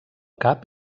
cap